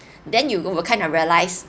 then you'll kind of realise